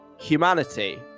Humanity